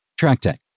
TrackTech